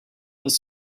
was